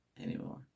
anymore